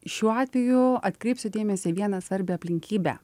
šiuo atveju atkreipsiu dėmesį į vieną svarbią aplinkybę